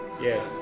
Yes